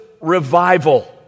revival